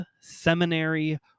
seminary